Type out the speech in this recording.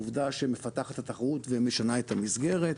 עובדה שמפתחת את התחרות ומשנה את המסגרת.